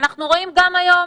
אנחנו רואים גם היום